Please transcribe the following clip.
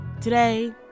Today